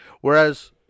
Whereas